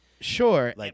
Sure